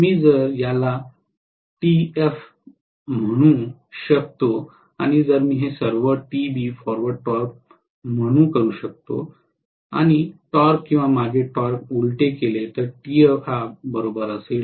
मी जर याला Tf म्हणून म्हणू शकतो आणि जर मी हे सर्व Tb फॉरवर्ड टॉर्क म्हणून करू शकतो आणि टॉर्क किंवा मागे टॉर्क उलटे केले तर Tf Tb हे असतील